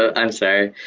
um i'm sorry,